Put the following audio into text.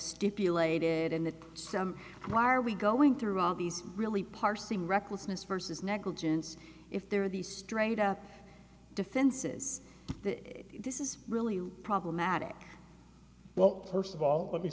stipulated in the some why are we going through all these really parsing recklessness versus negligence if there are these straight up defenses that this is really problematic well first of all